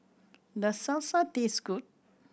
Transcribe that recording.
does Salsa taste good